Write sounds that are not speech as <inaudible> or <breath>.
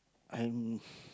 I'm <breath>